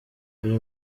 aya